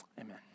amen